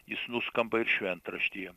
jis nuskamba ir šventraštyje